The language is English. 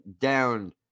down